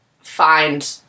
find